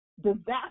disaster